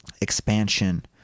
expansion